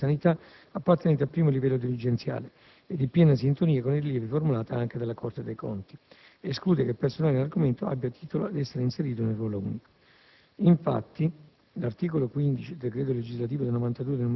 Questo parere concerne l'eventuale inserimento nel ruolo unico di dirigenza del personale della sanità appartenente al primo livello dirigenziale ed in piena sintonia con i rilievi formulati anche dalla Corte dei conti ed esclude che il personale in argomento abbia titolo ad essere inserito nel ruolo unico.